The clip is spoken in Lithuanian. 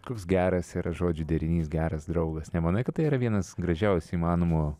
koks geras yra žodžių derinys geras draugas nemanai kad tai yra vienas gražiausių įmanomų